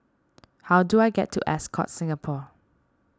how do I get to Ascott Singapore